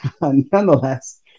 nonetheless